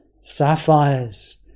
sapphires